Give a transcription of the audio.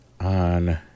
on